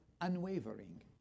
unwavering